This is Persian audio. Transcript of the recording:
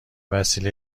وسیله